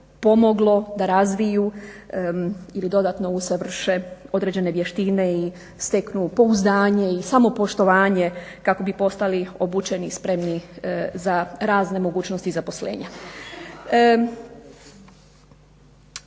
da razviju ili dodatno usavrše određene vještine i steknu pouzdanje i samopoštovanje kako bi postali obučeni i spremni za razne mogućnosti zaposlenja.